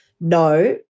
No